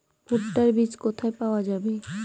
ভুট্টার বিজ কোথায় পাওয়া যাবে?